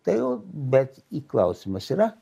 tai jau bet į klausimas yra